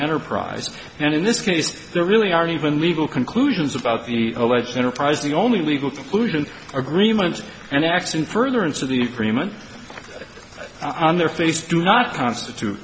enterprise and in this case there really aren't even legal conclusions about the alleged enterprise the only legal conclusion agreements and acts in furtherance of the agreement on their face do not constitute